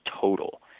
total